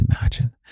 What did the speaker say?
imagine